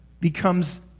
becomes